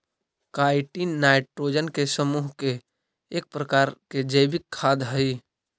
chitin nitrogen के समूह के एक प्रकार के जैविक खाद हई